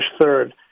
third